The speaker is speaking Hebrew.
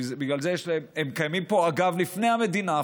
הם קיימים פה, אגב, אפילו לפני המדינה,